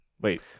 wait